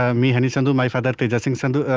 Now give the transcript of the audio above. um me honey sandhu. my father teja singh sandhu.